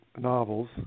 novels